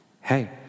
Hey